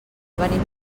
venim